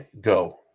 go